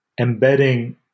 embedding